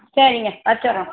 சரிங்க வெச்சர்றோம்